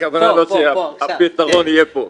הכוונה לא שהפתרון יהיה פה.